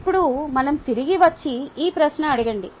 ఇప్పుడు మనం తిరిగి వచ్చి ఈ ప్రశ్న అడగండి